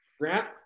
Grant